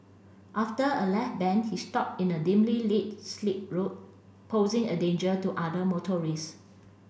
after a left bend he stopped in a dimly lit slip road posing a danger to other motorists